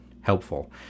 helpful